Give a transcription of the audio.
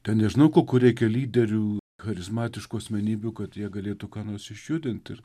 ten nežinau kokių reikia lyderių charizmatiškų asmenybių kad jie galėtų ką nors išjudint ir